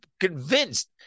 convinced